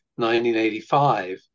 1985